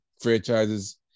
franchises